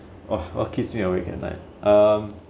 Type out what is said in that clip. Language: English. oh oh keeps me awake at night um